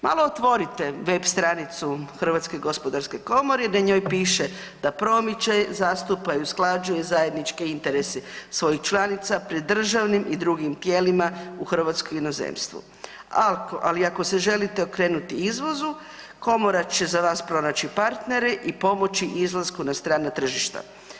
Malo otvorite web stranicu HGK, na njoj piše da promiče, zastupa i usklađuje zajedničke interese svojih članica pred državnim i drugim tijelima u Hrvatskoj i inozemstvu, ali ako se želite okrenuti izvozu, Komora će za vas pronaći partnere i pomoći izlasku na strana tržišta.